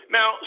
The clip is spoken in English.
Now